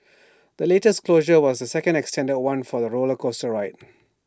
the latest closure was the second extended one for the roller coaster ride